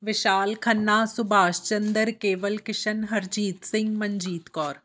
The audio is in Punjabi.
ਵਿਸ਼ਾਲ ਖੰਨਾ ਸੁਭਾਸ਼ ਚੰਦਰ ਕੇਵਲ ਕਿਸ਼ਨ ਹਰਜੀਤ ਸਿੰਘ ਮਨਜੀਤ ਕੌਰ